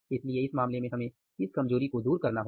इसलिए इस मामले में हमें इस कमजोरी को दूर करना होगा